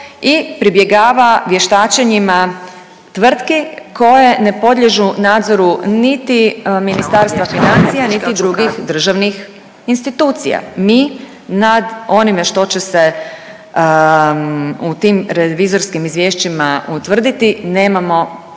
i pribjegava vještačenjima tvrtki koje ne podliježu nadzoru niti Ministarstva financija niti drugih državnih institucija. Mi nad onime što će se u tim revizorskim izvješćima utvrditi nemamo